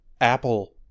Apple